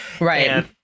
Right